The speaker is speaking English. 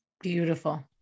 beautiful